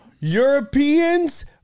Europeans